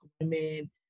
women